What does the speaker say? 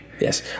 Yes